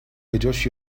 بجاش